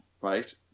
right